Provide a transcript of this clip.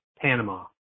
Panama